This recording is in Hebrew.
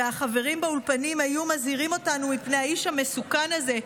והחברים באולפנים היו מזהירים אותנו מפני האיש המסוכן הזה,